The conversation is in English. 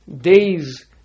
days